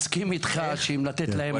מסכים לך עם לתת להם מכה,